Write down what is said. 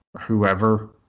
whoever